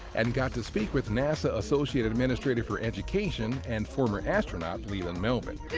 and got to speak with nasa associate administrator for education and former astronaut, leland melvin.